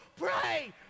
pray